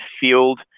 field